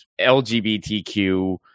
LGBTQ